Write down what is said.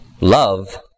Love